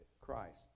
Christ